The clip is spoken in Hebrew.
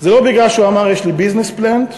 לא בגלל שהוא אמר יש לי business plan,